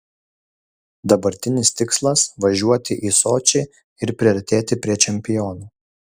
dabartinis tikslas važiuoti į sočį ir priartėti prie čempionų